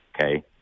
okay